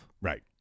right